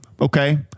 Okay